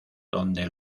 donde